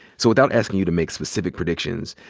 so without asking you to make specific predictions,